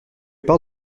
part